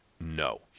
no